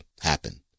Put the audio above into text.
happen